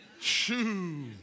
Shoo